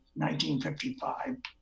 1955